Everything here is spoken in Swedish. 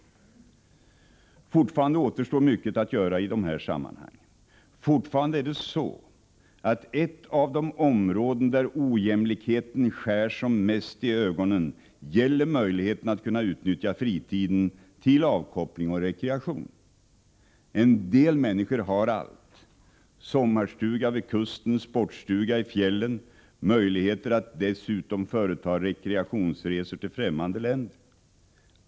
Fortfarande återstår mycket att göra i de här sammanhangen. Fortfarande är det så, att ett av de områden där ojämlikheten skär som mest i ögonen gäller möjligheten att utnyttja fritiden till avkoppling och rekreation. En del människor har allt: sommarstuga vid kusten, sportstuga i fjällen, möjligheter att dessutom företa rekreationsresor till fftämmande länder.